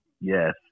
Yes